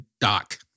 Doc